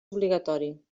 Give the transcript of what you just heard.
obligatori